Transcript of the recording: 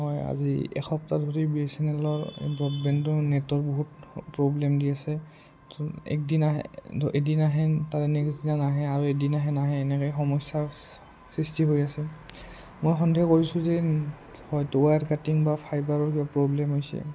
মই আজি এসপ্তাহ ধৰি বি এছ এন এলৰ ব্ৰডবেণ্ডটোৰ নেটৰ বহুত প্ৰব্লেম দি আছে একদিন আহে এদিনা আহে তাৰে নেক্সট দিনা নাহে আৰু এদিন আহে নাহে এনেকৈ সমস্যা সৃষ্টি হৈ আছে মই সন্ধিয়া কৰিছোঁ যে হয়তো ৱায়াৰ কাটিং বা ফাইবাৰৰ কিবা প্ৰব্লেম হৈছে